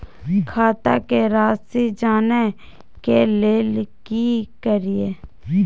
खाता के राशि जानय के लेल की करिए?